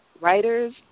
writers